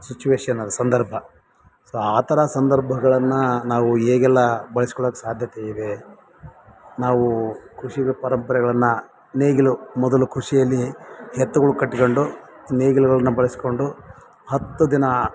situational ಸಂದರ್ಭ so ಆ ಥರ ಸಂದರ್ಭಗಳನ್ನು ನಾವು ಹೇಗೆಲ್ಲ ಬಳ್ಸ್ಕೊಳಕ್ಕೆ ಸಾಧ್ಯತೆ ಇವೆ ನಾವು ಕೃಷಿಕ ಪರಂಪರೆಗಳನ್ನು ನೇಗಿಲು ಮೊದಲು ಕೃಷಿಯಲ್ಲಿ ಎತ್ತುಗಳ ಕಟ್ಕಂಡು ನೇಗಿಲುಗಳನ್ನ ಬಳಸಿಕೊಂಡು ಹತ್ತು ದಿನ